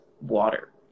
water